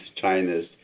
China's